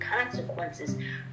consequences